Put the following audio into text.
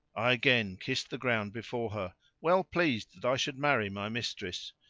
i again kissed the ground before her, well pleased that i should marry my mistress,